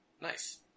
Nice